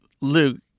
Luke